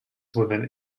within